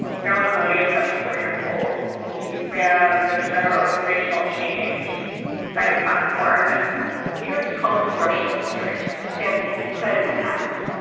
carolyn maloney is seventy four years old. he ran on sort of a generational change kind of platform new york's twelfth congressional district spans the east side of manhattan,